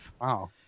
Wow